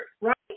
right